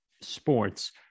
sports